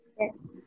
Yes